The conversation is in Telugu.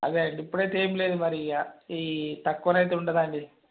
అదే ఇప్పుడైతే ఏమి లేదు మరి ఇక ఈ తక్కువనైతే ఉండదండి